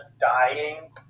dying